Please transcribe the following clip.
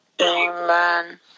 Amen